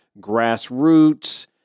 grassroots